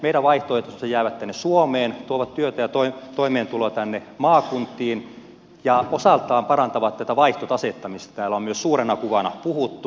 meidän vaihtoehtoiset jäävät tänne suomeen tuovat työtä ja toimeentuloa tänne maakuntiin ja osaltaan parantavat tätä vaihtotasetta mistä täällä on myös suurena kuvana puhuttu